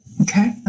Okay